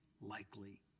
likely